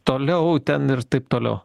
toliau ten ir taip toliau